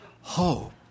hope